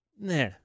nah